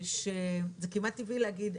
זה כמעט טבעי להגיד,